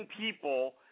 people